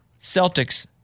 Celtics